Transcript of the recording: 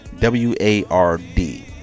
W-A-R-D